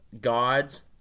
Gods